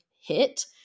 hit